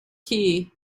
key